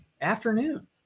afternoon